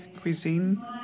cuisine